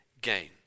gain